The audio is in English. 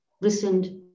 listened